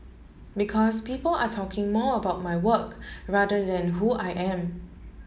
because people are talking more about my work rather than who I am